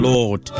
Lord